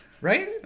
right